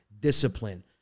Discipline